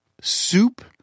soup